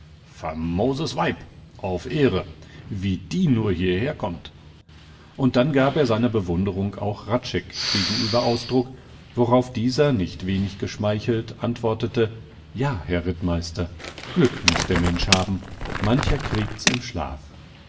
famoses weib auf ehre wie die nur hierher kommt und dann gab er seiner bewunderung auch hradscheck gegenüber ausdruck worauf dieser nicht wenig geschmeichelt antwortete ja herr rittmeister glück muß der mensch haben mancher kriegt's im schlaf